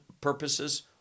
purposes